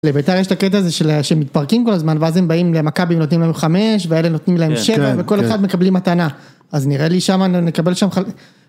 לביתר יש את הקטע הזה שהם מתפרקים כל הזמן ואז הם באים למכבי ונותנים להם חמש ואלה נותנים להם שבע וכל אחד מקבלים מתנה. אז נראה לי שם נקבל שם חלק.